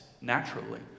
naturally